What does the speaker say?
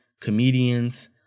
comedians